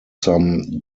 some